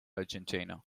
argentina